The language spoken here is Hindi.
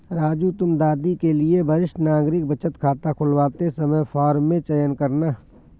राजू तुम दादी के लिए वरिष्ठ नागरिक बचत खाता खुलवाते समय फॉर्म में चयन करना